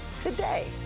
today